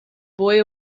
boy